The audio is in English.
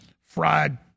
fried